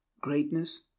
greatness